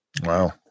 Wow